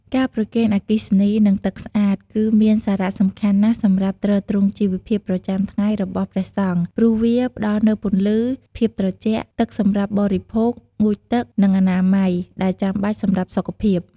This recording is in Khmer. ការប្រគេនអគ្គិសនី និងទឹកស្អាត គឺមានសារៈសំខាន់ណាស់សម្រាប់ទ្រទ្រង់ជីវភាពប្រចាំថ្ងៃរបស់ព្រះសង្ឃ ព្រោះវាផ្ដល់នូវពន្លឺ ភាពត្រជាក់ ទឹកសម្រាប់បរិភោគ ងូតទឹក និងអនាម័យ ដែលចាំបាច់សម្រាប់សុខភាព។